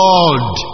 Lord